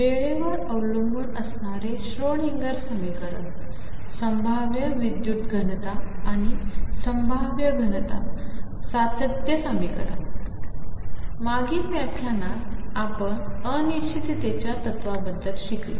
वेळेवरअवलंबूनअसणारेश्रोडिंगरसमीकरण संभाव्यविद्युतघनताआणिसंभाव्यघनता सातत्यसमीकरण मागीलव्याख्यानातआपणअनिश्चिततेच्यातत्त्वाबद्दलशिकलो